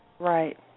Right